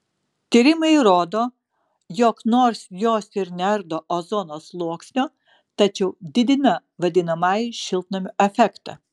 tyrimai įrodo jog nors jos ir neardo ozono sluoksnio tačiau didina vadinamąjį šiltnamio efektą